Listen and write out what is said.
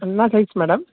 என்ன size madam